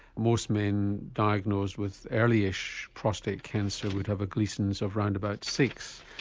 most men diagnosed with early-ish prostate cancer would have a gleason of around about six,